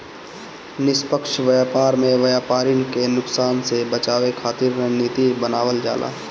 निष्पक्ष व्यापार में व्यापरिन के नुकसान से बचावे खातिर रणनीति बनावल जाला